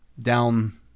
down